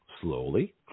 slowly